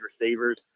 receivers